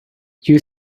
you